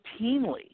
routinely